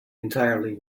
entirely